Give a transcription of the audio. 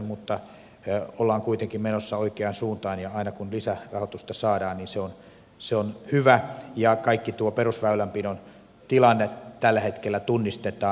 mutta olemme kuitenkin menossa oikeaan suuntaan ja aina kun lisärahoitusta saadaan se on hyvä ja koko tuo perusväylänpidon tilanne tällä hetkellä tunnistetaan